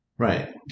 Right